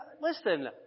listen